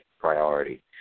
priority